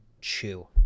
chew